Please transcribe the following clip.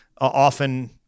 often